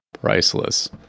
priceless